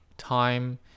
Time